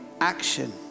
action